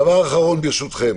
דבר אחרון, ברשותכם.